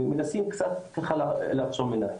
מנסים קצת לעצום עיניים.